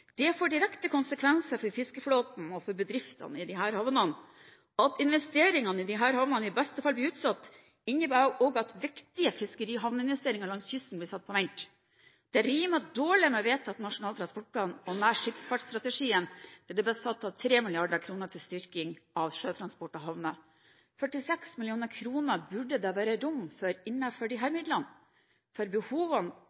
Det får direkte konsekvenser for fiskeflåten og for bedriftene i disse havnene. Det at investeringene i disse havnene i beste fall blir utsatt, innebærer også at viktige fiskerihavninvesteringer langs kysten blir satt på vent. Det rimer dårlig med vedtatt Nasjonal transportplan og nærskipsfartsstrategien der det ble satt av 3 mrd. kr til styrking av sjøtransport og havner. 46 mill. kr burde det være rom for